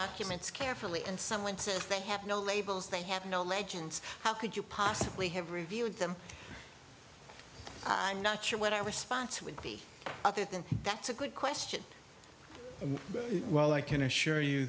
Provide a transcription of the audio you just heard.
documents carefully and someone says they have no labels they have no legends how could you possibly have reviewed them i'm not sure what our response would be other than that's a good question well i can assure you